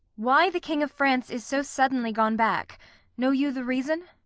why the king of france is so suddenly gone back know you the reason?